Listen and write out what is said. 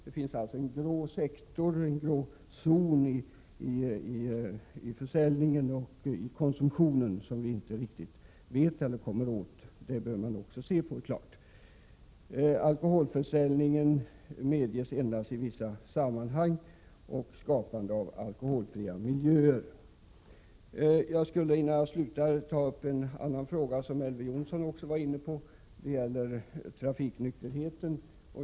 Det finns alltså en grå zon när det gäller försäljningen och konsumtionen som vi inte riktigt känner till eller kommer åt. Även den saken bör man naturligtvis se på. Alkoholförsäljning medges endast i vissa sammanhang, och man försöker skapa alkoholfria miljöer. Innan jag slutar vill jag ta upp en annan fråga, som även Elver Jonsson var inne på. Det gäller trafiknykterheten.